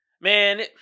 Man